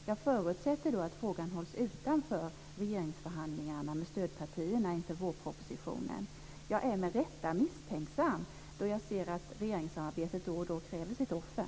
Jag förutsätter att frågan hålls utanför regeringsförhandlingarna med stödpartierna inför vårpropositionen. Men jag är, med rätta, misstänksam eftersom jag ser att regeringssamarbetet då och då kräver sitt offer.